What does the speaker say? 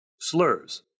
Slurs